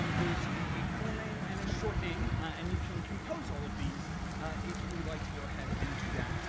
um there's a full name and a short name, and you can compose all of these if you would like to go ahead and do that,